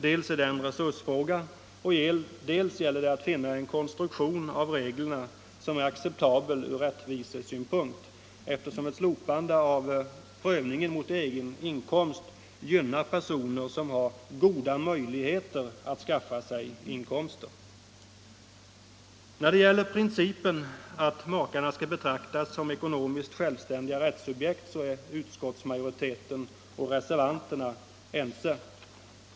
Dels är det en resursfråga, dels gäller det att finna en konstruktion av reglerna som är acceptabel ur rättvisesynpunkt, eftersom ett slopande av prövningen mot egen inkomst gynnar personer som har goda möjligheter att skaffa sig inkomster. När det gäller principen att makarna skall betraktas som ekonomiskt självständiga rättssubjekt är utskottsmajoriteten och reservanterna ense.